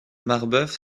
marbeuf